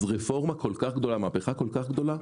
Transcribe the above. אז רפורמה כל כך גדולה, מהפכה כל כך גדולה?